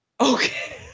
Okay